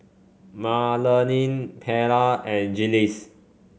Marlene Perla and Jiles